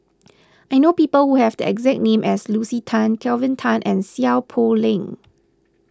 I know people who have the exact name as Lucy Tan Kelvin Tan and Seow Poh Leng